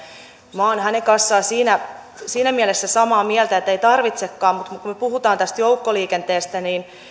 minä olen hänen kanssaan siinä siinä mielessä samaa mieltä että ei tarvitsekaan mutta kun kun me puhumme joukkoliikenteestä